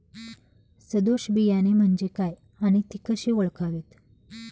सदोष बियाणे म्हणजे काय आणि ती कशी ओळखावीत?